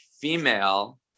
female